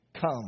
come